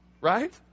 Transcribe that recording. Right